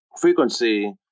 frequency